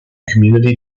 community